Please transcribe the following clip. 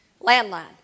landline